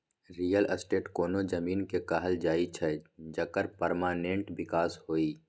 real estate कोनो जमीन केँ कहल जाइ छै जकर परमानेंट बिकास होइ